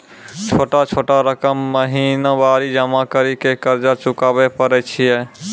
छोटा छोटा रकम महीनवारी जमा करि के कर्जा चुकाबै परए छियै?